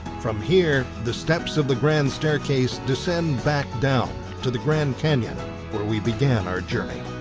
from here the steps of the grand staircase descend back down to the grand canyon where we began our journey.